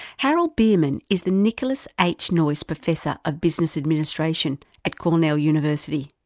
harold bierman is the nicholas h. noyes professor of business administration at cornell university.